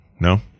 no